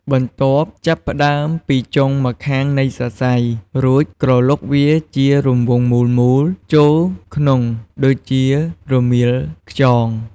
បន្ទាប់ចាប់ផ្តើមពីចុងម្ខាងនៃសរសៃ រួចក្រឡុកវាជារង្វង់មូលៗចូលក្នុងដូចជារមៀលខ្យង។